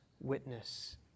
witness